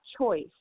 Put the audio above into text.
choice